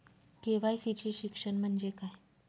KYC चे शिक्षण म्हणजे काय?